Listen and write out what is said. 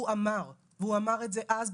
הוא אמר את זה אז,